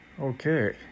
okay